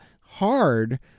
hard